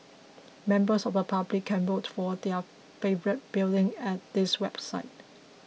members of the public can vote for their favourite building at this website